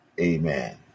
Amen